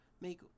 make